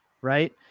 right